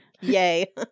Yay